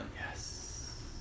Yes